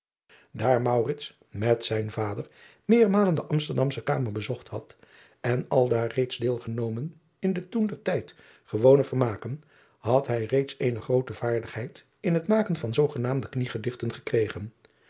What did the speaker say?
aar met zijn vader meermalen de msterdamsche amer bezocht had en aldaar reeds deel genomen in de toen driaan oosjes zn et leven van aurits ijnslager ter tijd gewone vermaken had hij reeds eene groote vaardigheid in het maken van zoogenaamde kniedichten gekregen